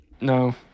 No